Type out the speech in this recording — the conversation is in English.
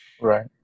Right